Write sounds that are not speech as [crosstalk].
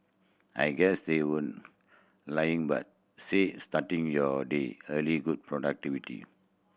I guess they [unintelligible] lying [unintelligible] said starting your day early good productivity